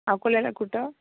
अकोल्याला कुठं